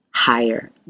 higher